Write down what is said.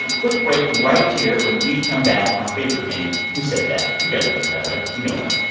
quick break right here. when we come back, my favorite game, who said that. you guys ready for that, right? you're going to win.